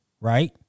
Right